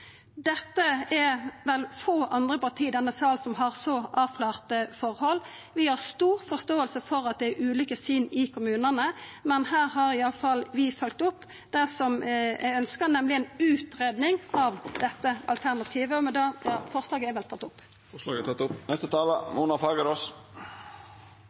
dette. Vi har stor forståing for at det er ulike syn i kommunane, men her har i alle fall vi følgt opp det som er ønskt, nemleg ei utgreiing av dette alternativet.